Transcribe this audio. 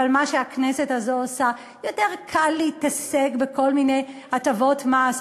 יותר קל להתעסק בכל מיני הטבות מס.